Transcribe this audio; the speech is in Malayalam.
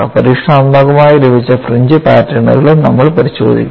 പരീക്ഷണാത്മകമായി ലഭിച്ച ഫ്രിഞ്ച് പാറ്റേണുകളും നമ്മൾ പരിശോധിക്കും